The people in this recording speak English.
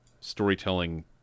storytelling